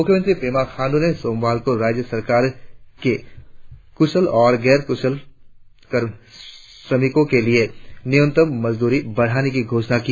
मुख्यमंत्री पेमा खांड्र ने सोमवार को राज्य सरकार के कुशल और गैर कुशल श्रमिको के लिए न्यूनताम मजदूरी बढ़ाने की घोषणा की